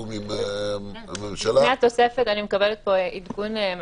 תגיד להם: תגיעו לשם אבל אל תגיד להם: תקבלו מתנה על